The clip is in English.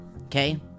Okay